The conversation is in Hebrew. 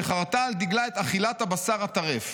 שחרתה על דגלה את אכילת הבשר הטרף,